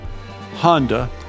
Honda